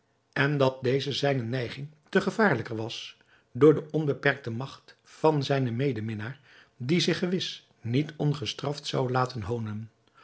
en dat deze zijne neiging te gevaarlijker was door de onbeperkte magt van zijnen medeminnaar die zich gewis niet ongestraft zou laten honen